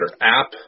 app